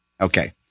Okay